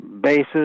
bases